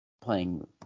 playing